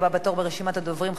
הבא בתור ברשימת הדוברים,